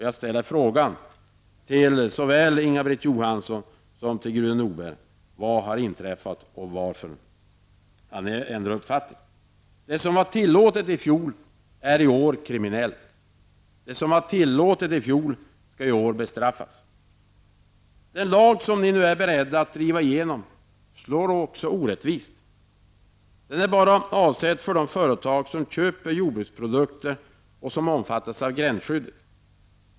Jag ställer frågan till såväl Inga-Britt Johansson som till Gudrun Norberg: Vad är det som har inträffat och varför har ni ändrat uppfattning? Det som var tillåtet i fjol är i år kriminellt och skall bestraffas. Den lag som ni nu är beredda att driva igenom slår också orättvist. Den är bara avsedd för de företag som köper sådana jordbruksprodukter som omfattas av gränsskyddet.